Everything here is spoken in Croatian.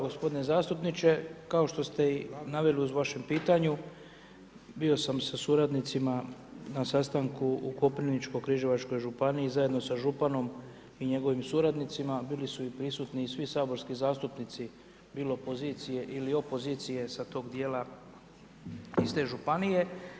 G. zastupniče, kao što ste i naveli u vešem pitanju, bio sam sa suradnicima, na sastanku u Koprivničkoj križevačkoj županiji, zajedno sa županom i njegovim suradnicima, bili su i prisutni i svi saborski zastupnici, bilo pozicije ili opozicije sa tog dijela, iz te županije.